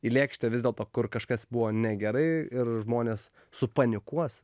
į lėkštę vis dėlto kur kažkas buvo negerai ir žmonės supanikuos